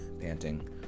panting